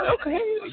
Okay